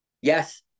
Yes